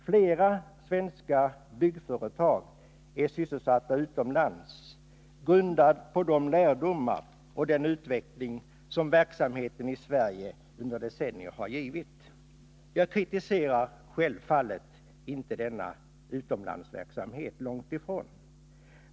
Flera svenska byggföretag har en sysselsättning utomlands, grundad på de lärdomar och den utveckling som verksamheten i Sverige under decennier har givit. Jag kritiserar självfallet inte denna utomlandsverksamhet — långt ifrån.